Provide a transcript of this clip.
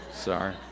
sorry